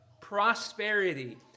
prosperity